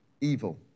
evil